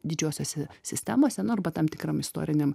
didžiosiose sistemose nu arba tam tikram istoriniam